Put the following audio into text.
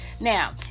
now